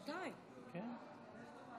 לסכם, חצי דקה, בבקשה.